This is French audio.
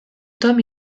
tome